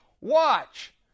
watch